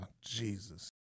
Jesus